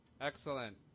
Excellent